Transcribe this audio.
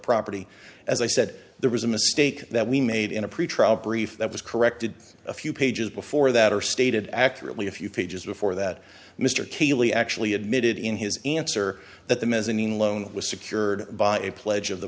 property as i said there was a mistake that we made in a pretrial brief that was corrected a few pages before that or stated accurately a few pages before that mr cayley actually admitted in his answer that the mezzanine loan was secured by a pledge of the